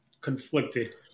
conflicted